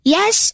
Yes